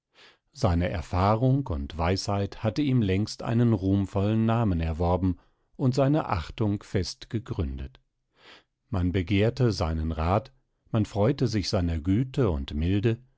seine erfahrung und weisheit hatte ihm längst einen ruhmvollen namen erworben und seine achtung fest gegründet man begehrte seinen rat man freuete sich seiner güte und milde